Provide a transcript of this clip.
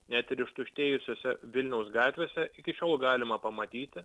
net ir ištuštėjusiose vilniaus gatvėse iki šiol galima pamatyti